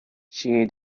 she